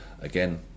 again